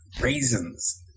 Raisins